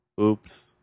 Oops